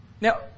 Now